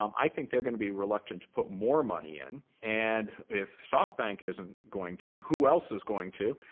um i think they're going to be reluctant to put more money in. and if softbank isn't going to, who else is going to?